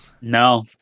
No